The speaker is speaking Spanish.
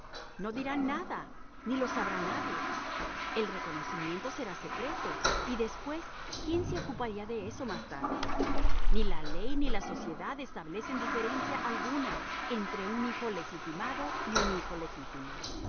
no dirán nada ni lo sabrá nadie el reconocimiento será secreto y después quién se ocuparía de eso más tarde ni la ley ni la sociedad establecen diferencia alguna entre un hijo legitimado y un hijo legítimo